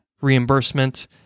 reimbursement